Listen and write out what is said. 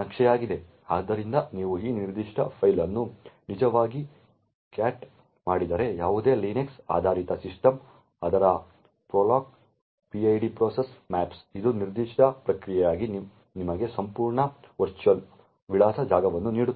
ನಕ್ಷೆಯಾಗಿದೆ ಆದ್ದರಿಂದ ನೀವು ಈ ನಿರ್ದಿಷ್ಟ ಫೈಲ್ ಅನ್ನು ನಿಜವಾಗಿ ಕ್ಯಾಟ್ ಮಾಡಿದರೆ ಯಾವುದೇ Linux ಆಧಾರಿತ ಸಿಸ್ಟಮ್ ಅದರ procPID processmaps ಇದು ನಿರ್ದಿಷ್ಟ ಪ್ರಕ್ರಿಯೆಗಾಗಿ ನಿಮಗೆ ಸಂಪೂರ್ಣ ವರ್ಚುವಲ್ ವಿಳಾಸ ಜಾಗವನ್ನು ನೀಡುತ್ತದೆ